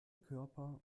körper